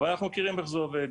אבל אנחנו מכירים איך זה עובד.